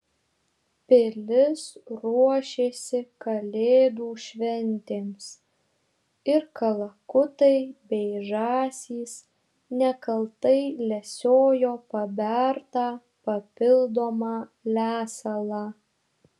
pilis ruošėsi kalėdų šventėms ir kalakutai bei žąsys nekaltai lesiojo pabertą papildomą lesalą